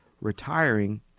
retiring